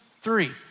three